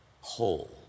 whole